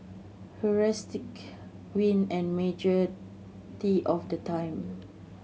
heuristic win and majority of the time